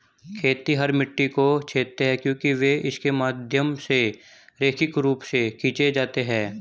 खेतिहर मिट्टी को छेदते हैं क्योंकि वे इसके माध्यम से रैखिक रूप से खींचे जाते हैं